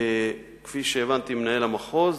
כפי שהבנתי ממנהל המחוז,